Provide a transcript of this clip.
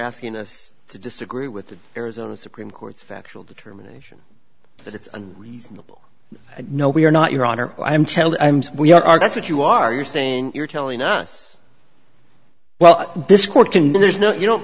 asking us to disagree with the arizona supreme court's factual determination that it's unreasonable no we are not your honor i am telling we are guess what you are you're saying you're telling us well this court can there's no you don't